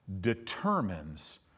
determines